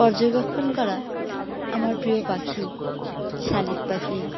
পর্যবেক্ষণ করা আমার প্রিয় পাখি শালিখ পাখি